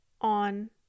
on